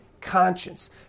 conscience